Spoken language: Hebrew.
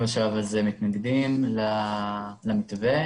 המשרדים מתנגדים למתווה.